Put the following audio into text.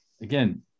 Again